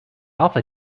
alpha